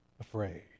afraid